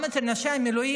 גם אצל נשות המילואים,